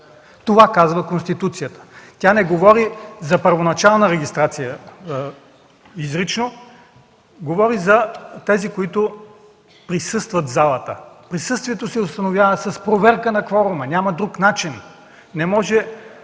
Това казва Конституцията. Тя не говори изрично за първоначална регистрация, а говори за тези, които присъстват в залата. Присъствието се установява с проверка на кворума, няма друг начин. Не може